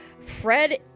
Fred